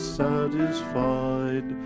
satisfied